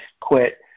quit